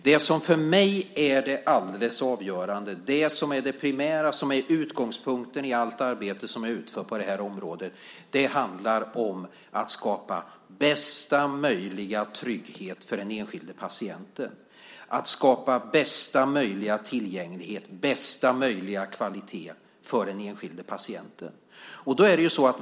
Det som för mig är det alldeles avgörande, det som är det primära, som är utgångspunkten i allt arbete som jag utför på det här området handlar om att skapa bästa möjliga trygghet för den enskilde patienten, att skapa bästa möjliga tillgänglighet, bästa möjliga kvalitet för den enskilde patienten.